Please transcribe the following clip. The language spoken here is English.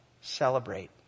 celebrate